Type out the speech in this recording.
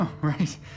right